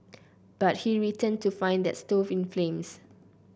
but he returned to find the stove in flames